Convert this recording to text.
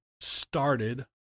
started